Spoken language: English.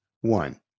one